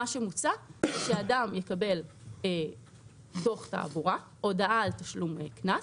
מוצע שאדן יקבל דוח תעבורה, הודעה על תשלום קנס,